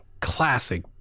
classic